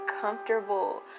comfortable